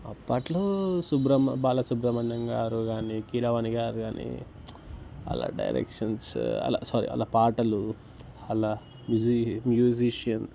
అప్పటిలో సుబ్ర బాలసుబ్రమణ్యం గారు కానీ కీరవాణి గారు కానీ వాళ్ళ డైరెక్షన్సు వాళ్ళ సారీ వాళ్ళ పాటలు వాళ్ళ మ్యు మ్యూజీషియన్